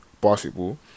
basketball